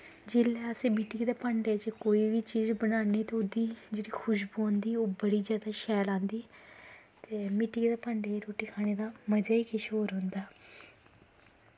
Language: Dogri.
जेल्लै असें मिट्टियै दे भांडे च कोई बी चीज़ बनानी ते ओह्दी जेह्ड़ी खश्बू होंदी ओह् बड़ी जादा शैल आंदी ते मिट्टियै दे भांडे च रुट्टी खाने दा मज़ा ई किश होर होंदा